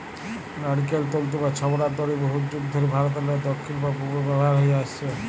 লাইড়কেল তল্তু বা ছবড়ার দড়ি বহুত যুগ ধইরে ভারতেরলে দখ্খিল অ পূবে ব্যাভার হঁয়ে আইসছে